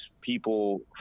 people